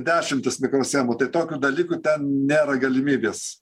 dešimtis mikroschemų tai tokių dalykų ten nėra galimybės